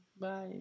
Bye